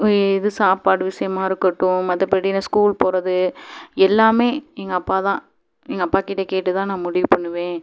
ஓ இது சாப்பாடு விசயமாக இருக்கட்டும் மற்றப்படி நான் ஸ்கூல் போகிறது எல்லாமே எங்கள் அப்பா தான் எங்கள் அப்பாக்கிட்ட கேட்டு தான் நான் முடிவு பண்ணுவேன்